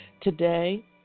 today